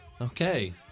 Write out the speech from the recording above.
Okay